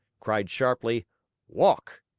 cried sharply walk!